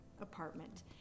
apartment